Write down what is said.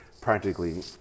Practically